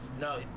No